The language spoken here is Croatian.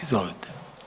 Izvolite.